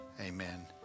Amen